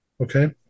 Okay